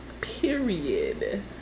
period